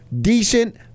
decent